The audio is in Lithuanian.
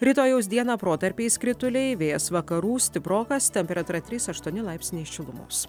rytojaus dieną protarpiais krituliai vėjas vakarų stiprokas temperatūra trys aštuoni laipsniai šilumos